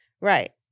right